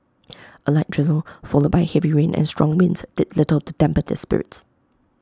A light drizzle followed by heavy rain and strong winds did little to dampen their spirits